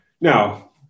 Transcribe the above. Now